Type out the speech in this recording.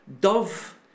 Dove